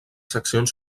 seccions